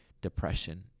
depression